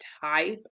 type